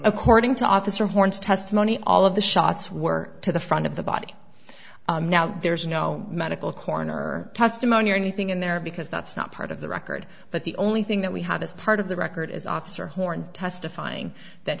according to officer horn's testimony all of the shots were to the front of the body now there's no medical coroner testimony or anything in there because that's not part of the record but the only thing that we have as part of the record is officer horn testifying that